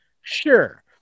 Sure